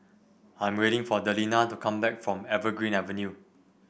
I'm waiting for Delina to come back from Evergreen Avenue